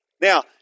Now